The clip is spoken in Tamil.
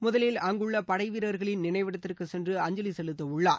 முதலில் அங்குள்ள படை வீரர்களின் நினைவிடத்திற்கு சென்று அஞ்சலி செலுத்த உள்ளார்